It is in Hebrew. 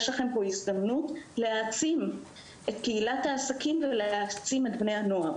להם פה הזדמנות להעצים את קהילת העסקים ואת בני הנוער